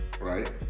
right